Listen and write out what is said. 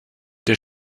der